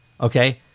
Okay